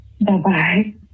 Bye-bye